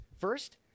first